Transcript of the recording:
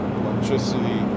electricity